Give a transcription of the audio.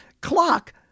clock